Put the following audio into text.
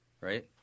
right